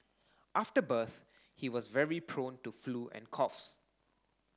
after birth he was very prone to flu and coughs